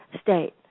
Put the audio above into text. state